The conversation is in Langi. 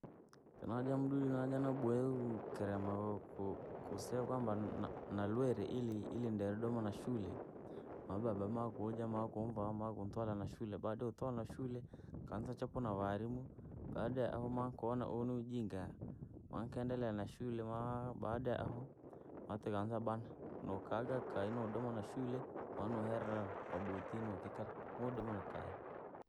Ntunaja mdudii. naja naboya ukerema kusea kwamba na- nalwire ili ili nderee doma na shule, maa baba maakuja maakuvaa naankutwala nashule baada yootwalwa nashule, nkanza chawpwa navarimuu, baada ya ahuu maankona uhuniujinga, maankeendelea na shule maa baada ya ahu, maatika maankaba na nokaanza doma nakaiyi nodoma na shule, maanohera mabotii nakala.